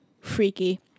freaky